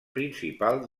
principal